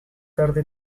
tarde